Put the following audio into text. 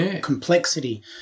complexity